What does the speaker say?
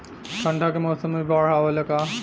ठंडा के मौसम में भी बाढ़ आवेला का?